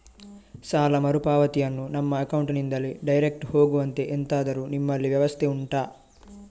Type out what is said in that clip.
ಸಾಲ ಮರುಪಾವತಿಯನ್ನು ನಮ್ಮ ಅಕೌಂಟ್ ನಿಂದಲೇ ಡೈರೆಕ್ಟ್ ಹೋಗುವಂತೆ ಎಂತಾದರು ನಿಮ್ಮಲ್ಲಿ ವ್ಯವಸ್ಥೆ ಉಂಟಾ